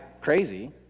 crazy